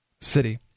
city